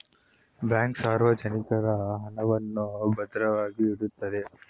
bank ಸಾರ್ವಜನಿಕರ ಹಣವನ್ನು ಭದ್ರವಾಗಿ ಇಡುತ್ತೆ